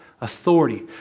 authority